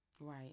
Right